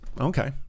Okay